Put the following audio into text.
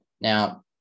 Now